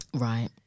Right